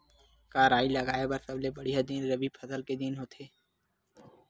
का राई लगाय बर सबले बढ़िया दिन रबी फसल के दिन होथे का?